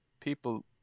people